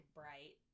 bright